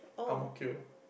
ang-mo-kio